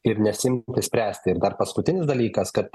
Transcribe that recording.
ir nesiimti spręsti ir dar paskutinis dalykas kad